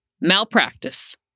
Malpractice